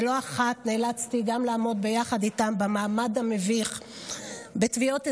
ולא אחת נאלצתי גם לעמוד יחד איתם במעמד המביך בתביעות אזרחיות.